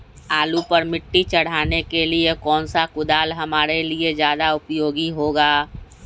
आलू पर मिट्टी चढ़ाने के लिए कौन सा कुदाल हमारे लिए ज्यादा उपयोगी होगा?